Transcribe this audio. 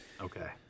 Okay